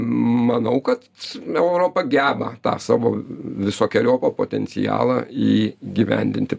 manau kad europa geba tą savo visokeriopą potencialą įgyvendinti